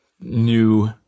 new